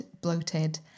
bloated